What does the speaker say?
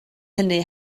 hynny